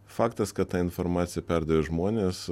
faktas kad tą informaciją perdavė žmonės